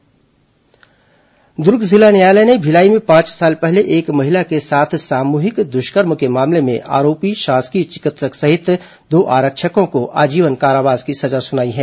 दुर्ग न्यायालय फैसला दुर्ग जिला न्यायालय ने भिलाई में पांच साल पहले एक महिला के साथ सामूहिक दुष्कर्म के मामले में आरोपी शासकीय चिकित्सक सहित दो आरक्षकों को आजीवन कारावास की सजा सुनाई है